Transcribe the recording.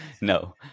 No